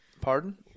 Pardon